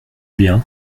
bien